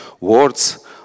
Words